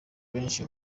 benshi